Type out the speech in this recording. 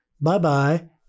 Bye-bye